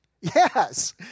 Yes